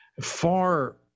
far